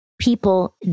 people